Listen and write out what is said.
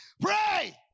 pray